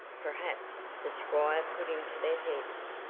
perhaps, the squire put into their heads.